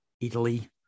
Italy